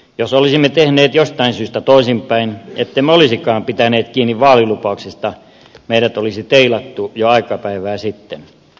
jos olisimme tehneet jostain syystä toisinpäin ettemme olisikaan pitäneet kiinni vaalilupauksistamme meidät olisi teilattu jo aika päivää sitten